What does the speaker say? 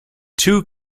two